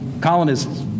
colonists